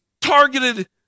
targeted